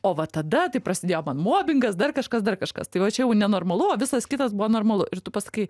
o va tada tai prasidėjo man mobingas dar kažkas dar kažkas tai va čia jau nenormalu o visas kitas buvo normalu ir tu paskui